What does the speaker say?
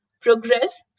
Progress